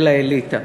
זה לאליטה.